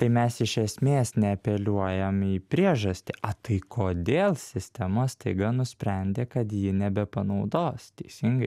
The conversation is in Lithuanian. tai mes iš esmės neapeliuojam į priežastį a tai kodėl sistema staiga nusprendė kad ji nebe panaudos teisingai